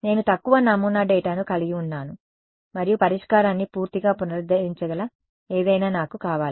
నేను తక్కువ నమూనా డేటాను కలిగి ఉన్నాను మరియు పరిష్కారాన్ని పూర్తిగా పునరుద్ధరించగల ఏదైనా నాకు కావాలి